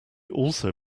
also